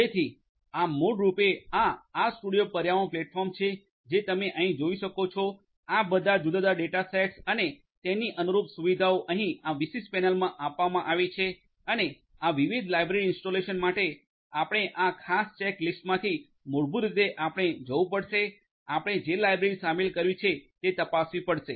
તેથી આ મૂળરૂપે આ આરસ્ટુડિયો પર્યાવરણ પ્લેટફોર્મ છે જે તમે અહીં જોઈ શકો છો આ બધા જુદા જુદા ડેટા સેટ્સ અને તેની અનુરૂપ સુવિધાઓ અહીં આ વિશિષ્ટ પેનલમાં આપવામાં આવી છે અને આ વિવિધ લાઇબ્રરી ઈન્સ્ટોલેશન માટે આપણે આ ખાસ ચેક લિસ્ટમાંથી મૂળભૂત રીતે આપણે જવું પડશે આપણે જે લાઇબ્રરી શામેલ કરવી છે તે તપાસવી પડશે